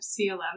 C11